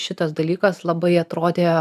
šitas dalykas labai atrodė